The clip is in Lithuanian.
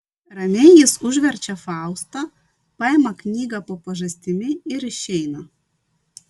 ramiai jis užverčia faustą paima knygą po pažastimi ir išeina